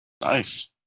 Nice